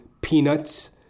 peanuts